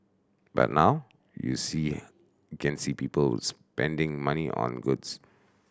but now you see can see people spending money on goods